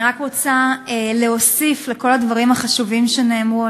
אני רק רוצה להוסיף על כל הדברים החשובים שנאמרו.